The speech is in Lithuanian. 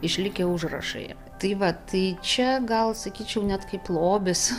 išlikę užrašai tai va tai čia gal sakyčiau net kaip lobis